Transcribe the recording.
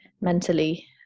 mentally